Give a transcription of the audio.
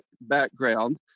background